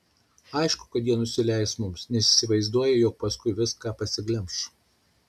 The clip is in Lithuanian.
aišku kad jie nusileis mums nes įsivaizduoja jog paskui viską pasiglemš